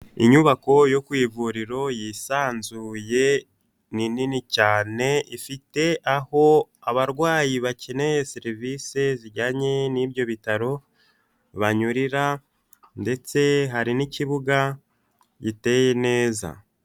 Inyubako yo ku ivuriro yisanzuye ni nini cyane, ifite aho abarwayi bakeneye serivisi zijyanye n'ibyo bitaro banyurira ndetse hari n'ikibuga giteye neza.